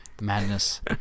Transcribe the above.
Madness